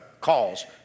calls